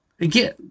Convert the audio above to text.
again